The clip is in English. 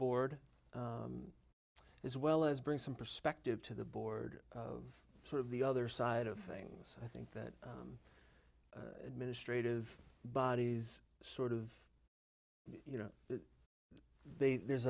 board as well as bring some perspective to the board of sort of the other side of things i think that administrative bodies sort of you know that there's